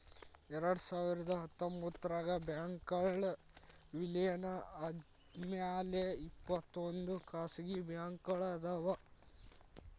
ಎರಡ್ಸಾವಿರದ ಹತ್ತೊಂಬತ್ತರಾಗ ಬ್ಯಾಂಕ್ಗಳ್ ವಿಲೇನ ಆದ್ಮ್ಯಾಲೆ ಇಪ್ಪತ್ತೊಂದ್ ಖಾಸಗಿ ಬ್ಯಾಂಕ್ಗಳ್ ಅದಾವ